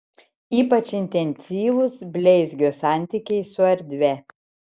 ypač intensyvūs bleizgio santykiai su erdve